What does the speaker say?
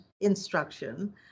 instruction